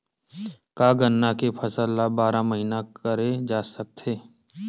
का गन्ना के फसल ल बारह महीन करे जा सकथे?